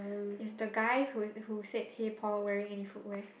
is the guy who who said hey Paul wearing nay footwear